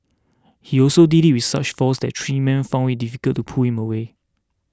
he also did it with such force that three men found it difficult to pull him away